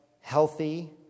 healthy